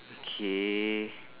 okay